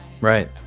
Right